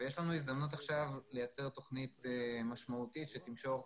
יש לנו הזדמנות עכשיו לייצר תוכנית משמעותית שתמשוך.